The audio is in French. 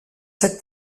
cette